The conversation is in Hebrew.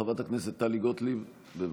חברת הכנסת טלי גוטליב, בבקשה.